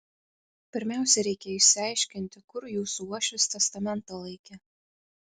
pirmiausia reikia išsiaiškinti kur jūsų uošvis testamentą laikė